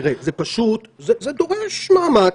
תראה, זה פשוט דורש מאמץ.